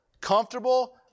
comfortable